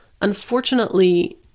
unfortunately